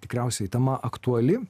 tikriausiai tema aktuali